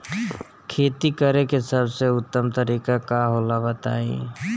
खेती करे के सबसे उत्तम तरीका का होला बताई?